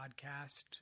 podcast